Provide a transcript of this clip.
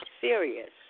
serious